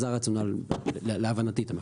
זה הרציונל, להבנתי את המחוקק.